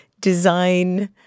design